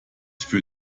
für